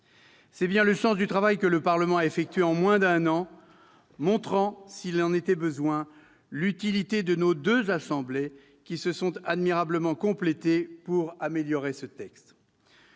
C'est bien le sens du travail que le Parlement a effectué en moins d'un an, montrant, s'il en était besoin, l'utilité de nos deux assemblées, qui se sont admirablement complétées pour améliorer ce texte.